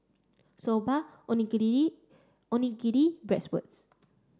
Soba Onigiri Onigiri Bratwurst